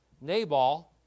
Nabal